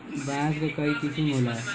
बांस क कई किसम क होला